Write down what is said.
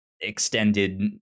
extended